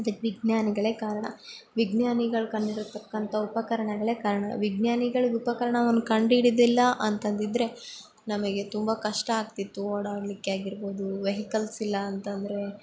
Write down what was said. ಅದಕ್ಕೆ ವಿಜ್ಞಾನಿಗಳೇ ಕಾರಣ ವಿಜ್ಞಾನಿಗಳ್ ಕಂಡಿಡ್ದಿರ್ತಕ್ಕಂಥ ಉಪಕರಣಗಳೇ ಕಾರಣ ವಿಜ್ಞಾನಿಗಳು ಉಪಕರಣವನ್ನು ಕಂಡಿದಿಲ್ಲ ಅಂತಂದಿದ್ರೆ ನಮಗೆ ತುಂಬ ಕಷ್ಟ ಆಗ್ತಿತ್ತು ಓಡಾಡಲಿಕ್ಕೆ ಆಗಿರ್ಬೌದು ವೆಹಿಕಲ್ಸ್ ಇಲ್ಲಾಂತಂದರೆ